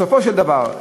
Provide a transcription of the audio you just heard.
בסופו של דבר,